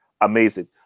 amazing